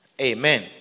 Amen